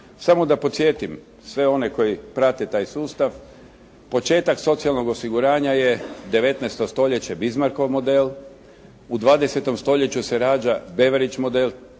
Samo da podsjetim sve one koji prate taj sustav. Početak socijalnog osiguranja je 19. stoljeće Bismarckov model. U 20. stoljeću se rađa Beveridge model,